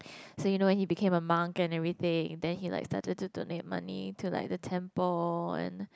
so you know when he became a monk and everything then he like started to donate the money to like the temple and